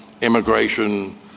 immigration